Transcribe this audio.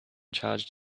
charged